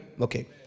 Okay